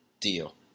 deal